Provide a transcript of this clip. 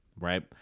right